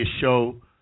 show